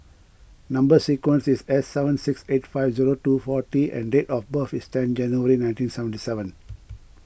Number Sequence is S seven six eight five zero two four T and date of birth is ten January nineteen seventy seven